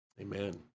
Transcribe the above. Amen